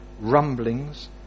rumblings